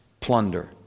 plunder